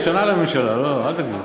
זו שנה לממשלה, אל תגזים.